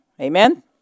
Amen